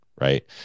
right